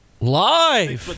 live